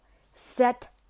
set